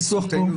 בעיני,